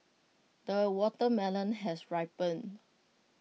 the watermelon has ripened